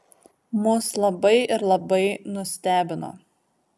mus labai ir labai nustebino